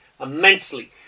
immensely